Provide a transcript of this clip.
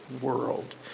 world